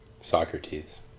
Socrates